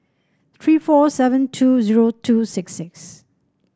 three four seven two zero two six six